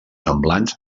semblants